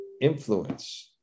influence